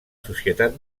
societat